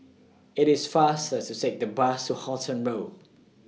IT IS faster to Take The Bus to Halton Road